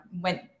went